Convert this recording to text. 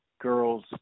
girls